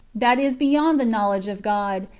that is, beyond the knowledge of god,